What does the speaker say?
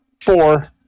four